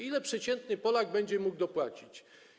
Ile przeciętny Polak będzie mógł dopłacić?